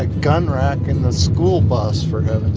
ah gun rack in the school bus for heaven's